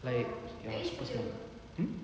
like ya super small mm